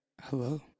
hello